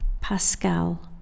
Pascal